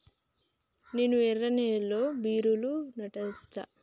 నేను ఎర్ర నేలలో బీరలు నాటచ్చా?